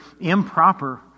improper